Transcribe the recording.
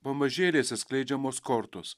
pamažėliais atskleidžiamos kortos